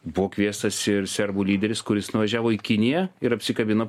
buvo kviestas ir serbų lyderis kuris nuvažiavo į kiniją ir apsikabino